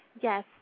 Yes